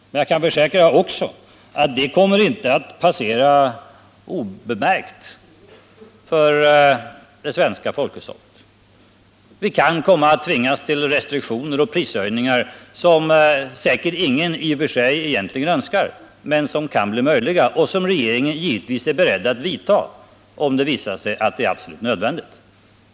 Jag kan också försäkra att det inte kommer att passera obemärkt för det svenska folkhushållet. Vi kan komma att tvingas till restriktioner och prishöjningar, som säkerligen ingen i och för sig egentligen önskar men som kan bli nödvändiga. Regeringen är givetvis beredd att vidta sådana åtgärder om det visar sig absolut nödvändigt.